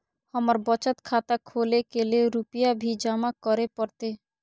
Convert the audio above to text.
हमर बचत खाता खोले के लेल रूपया भी जमा करे परते?